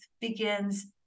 begins